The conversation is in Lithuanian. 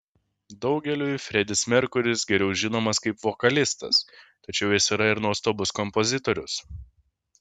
daugeliui fredis merkuris geriau žinomas kaip vokalistas tačiau jis yra ir nuostabus kompozitorius